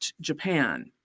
Japan